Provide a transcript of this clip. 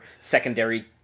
secondary